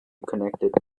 connected